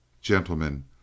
Gentlemen